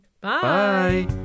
Bye